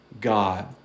God